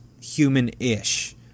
human-ish